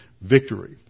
victory